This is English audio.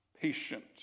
patient